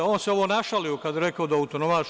On se našalio kad je rekao da je autonomaš.